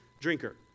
drinker